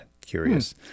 curious